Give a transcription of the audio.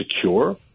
secure